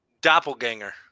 Doppelganger